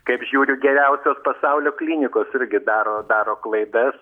kaip žiūriu geriausios pasaulio klinikos irgi daro daro klaidas